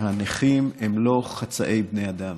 שהנכים הם לא חצאי בני אדם,